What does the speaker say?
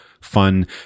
fun